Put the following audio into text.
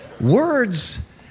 words